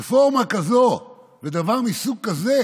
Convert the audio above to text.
רפורמה כזאת ודבר מסוג כזה